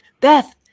beth